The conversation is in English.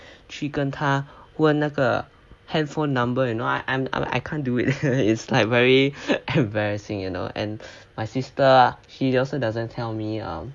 去跟她问那个 handphone number you know I am I can't do it is like very embarrassing you know and my sister ah she also doesn't doesn't tell me ah